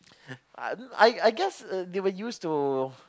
I I guess uh they were used to